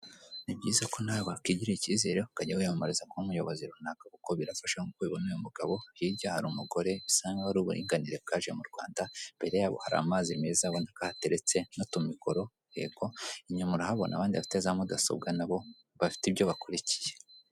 Ni byiza ko nawe wakwigirira ikizere ukajya wiyamamariza kuba ubuyobozi kuko birafasha nk'uko ubibona uyu mugabo hirya hari umugore bisa nk'aho ari uburinganire bwaje mu Rwanda imbere yabo hari amazi meza ubona ko ateretse n'utumikoro yego inyuma urahabona abandi bafite za mudasobwa nabo bafite ibyo bakurikiye.